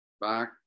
back